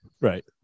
right